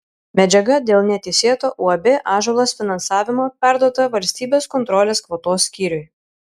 medžiaga dėl neteisėto uab ąžuolas finansavimo perduota valstybės kontrolės kvotos skyriui